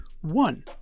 One